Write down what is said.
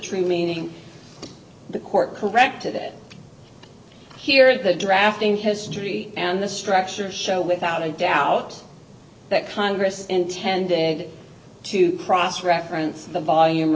true meaning the court corrected it here the drafting history and the structure show without a doubt that congress intended to cross reference the volume